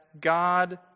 God